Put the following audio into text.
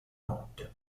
notte